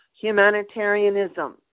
humanitarianism